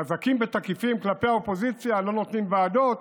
חזקים ותקיפים כלפי האופוזיציה, לא נותנים ועדות,